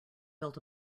built